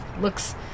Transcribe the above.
looks